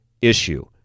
issue